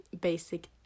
basic